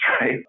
right